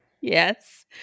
Yes